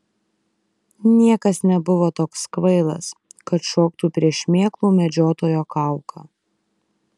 niekas nebuvo toks kvailas kad šoktų prieš šmėklų medžiotojo kauką